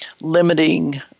limiting